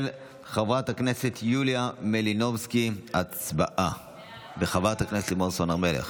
של חברת הכנסת יוליה מלינובסקי וחברת הכנסת לימור סון הר מלך.